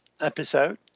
episode